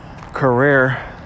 career